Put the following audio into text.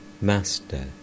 Master